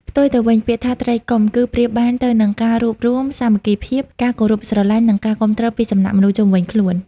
ផ្ទុយទៅវិញពាក្យថា ត្រីកុំ គឺប្រៀបបានទៅនឹង ការរួបរួម សាមគ្គីភាព ការគោរពស្រឡាញ់ និងការគាំទ្រពីសំណាក់មនុស្សជុំវិញខ្លួន។